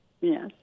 Yes